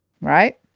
right